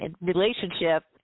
relationship